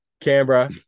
Canberra